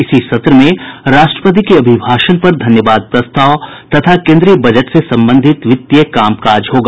इसी सत्र में राष्ट्रपति के अभिभाषण पर धन्यवाद प्रस्ताव तथा केन्द्रीय बजट से संबंधित वित्तीय कामकाज होगा